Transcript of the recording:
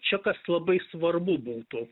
čia kas labai svarbu būtų